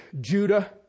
Judah